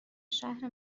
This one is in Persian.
شهر